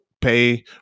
pay